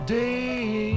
day